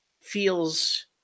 feels